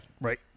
Right